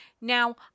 Now